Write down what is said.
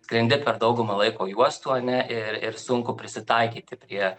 skrendi per daugumą laiko juostų ar ne ir ir sunku prisitaikyti prie